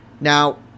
Now